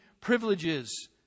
privileges